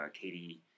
Katie